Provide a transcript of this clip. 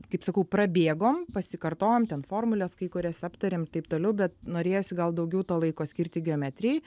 kaip sakau prabėgom pasikartojom ten formules kai kurias aptarėm taip toliau bet norėjosi gal daugiau to laiko skirti geometrijai